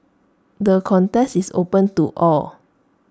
the contest is open to all